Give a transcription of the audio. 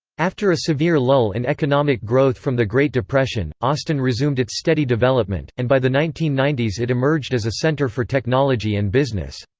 after a severe lull in economic growth from the great depression, austin resumed its steady development, and by the nineteen ninety s it emerged as a center for technology and business.